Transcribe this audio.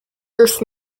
earth